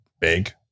Big